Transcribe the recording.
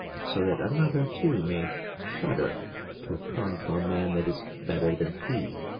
so that another too may shudder to come to a man that is better than he.